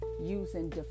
using